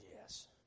yes